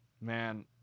Man